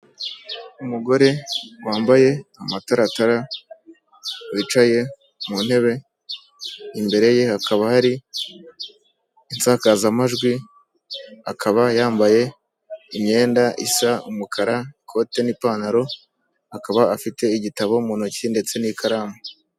Abantu batatu bahagaze umwe yambaye impuzankano ya polisi y'u Rwanda undi yambaye umupira w'umweru yambaye amadarubindi y'umukara ndetse afite n'agakapu ku rutugu k'umutuku.